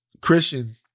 Christian